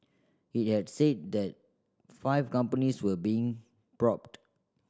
it had said that five companies were being probed